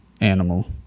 animal